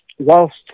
Whilst